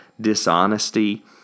dishonesty